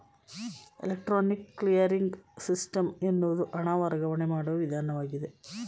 electronic clearing system ಎನ್ನುವುದು ಹಣ ವರ್ಗಾವಣೆ ಮಾಡುವ ವಿಧಾನವಾಗಿದೆ